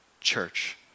church